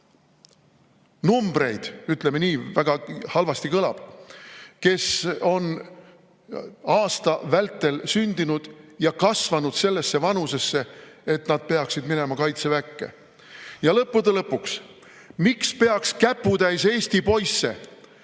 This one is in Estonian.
numbreid – ütleme nii, väga halvasti kõlab –, kes on aasta vältel sündinud ja jõudnud sellesse vanusesse, et nad peaksid minema kaitseväkke. Ja lõppude lõpuks – miks peaks käputäis eesti poisse